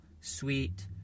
sweet